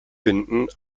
binden